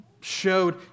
showed